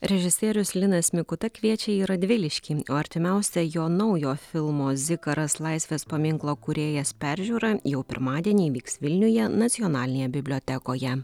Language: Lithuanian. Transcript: režisierius linas mikuta kviečia į radviliškį o artimiausia jo naujo filmo zikaras laisvės paminklo kūrėjas peržiūra jau pirmadienį vyks vilniuje nacionalinėje bibliotekoje